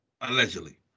Allegedly